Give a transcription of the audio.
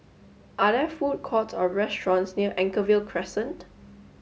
are there food courts or restaurants near Anchorvale Crescent